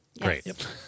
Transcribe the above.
Great